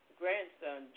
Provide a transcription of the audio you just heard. grandson